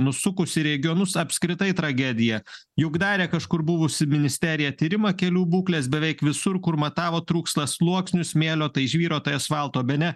nusukus į regionus apskritai tragedija juk darė kažkur buvusi ministerija tyrimą kelių būklės beveik visur kur matavo trūksta sluoksnių smėlio tai žvyro tai asfalto bene